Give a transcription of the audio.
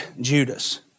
Judas